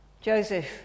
Joseph